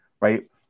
Right